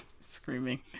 Screaming